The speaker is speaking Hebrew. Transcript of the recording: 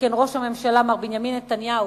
שכן ראש הממשלה, מר בנימין נתניהו,